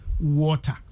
water